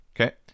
Okay